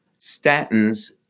statins